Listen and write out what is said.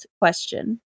question